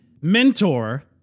mentor